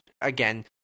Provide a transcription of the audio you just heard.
again